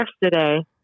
yesterday